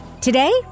Today